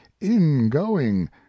ingoing